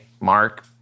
Mark